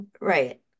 right